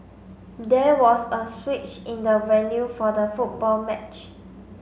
there was a switch in the venue for the football match